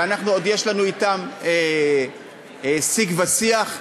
עוד יש לנו אתם שיג ושיח,